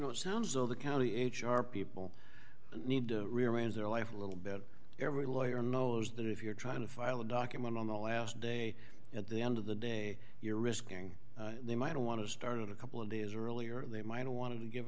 know it sounds as though the county h r people need to rearrange their life a little bit every lawyer knows that if you're trying to file a document on the last day at the end of the day you're risking they might want to start a couple of days earlier they might want to give